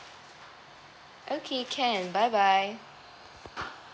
okay can bye bye